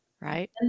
right